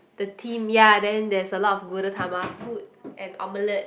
the theme ya then there is a lot of Gudetama food and omelette